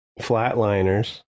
Flatliners